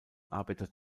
arbeitet